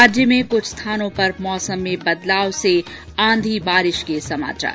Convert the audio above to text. राज्य में कुछ स्थानों पर मौसम में बदलाव से आंधी बारिश के समाचार